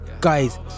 Guys